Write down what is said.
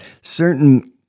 Certain